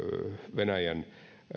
venäjän